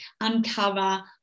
uncover